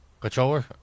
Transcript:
controller